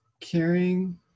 caring